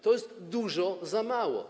To jest dużo za mało.